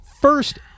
first